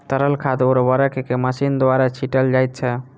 तरल खाद उर्वरक के मशीन द्वारा छीटल जाइत छै